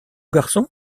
garçon